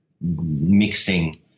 mixing